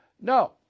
no